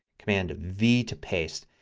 command v to paste.